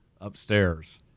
upstairs